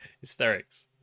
Hysterics